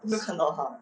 没有看到她